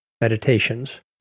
Meditations